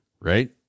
right